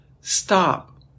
Stop